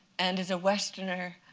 and as a westerner,